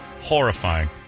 horrifying